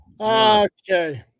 Okay